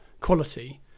quality